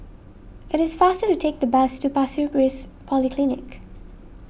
it is faster to take the bus to Pasir Ris Polyclinic